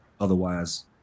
Otherwise